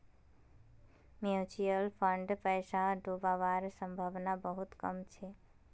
mutual फंडत पैसा डूबवार संभावना बहुत कम छ